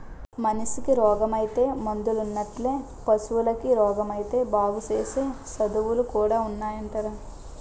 మనిసికి రోగమొత్తే మందులున్నట్లే పశువులకి రోగమొత్తే బాగుసేసే సదువులు కూడా ఉన్నాయటరా